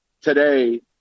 today